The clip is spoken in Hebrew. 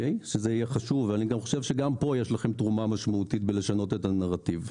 אני חושב שגם כאן יש לכם תרומה משמעותית בשינוי הנרטיב.